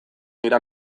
dira